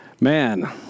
Man